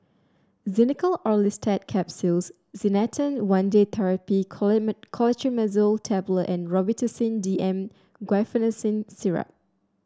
Xenical Orlistat Capsules Canesten One Day Therapy Clotrimazole Tablet and Robitussin D M Guaiphenesin Syrup